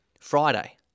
Friday